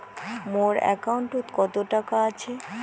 মোর একাউন্টত কত টাকা আছে?